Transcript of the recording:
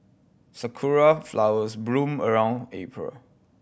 sakura flowers bloom around April